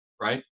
right